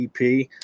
EP